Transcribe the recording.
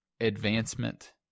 advancement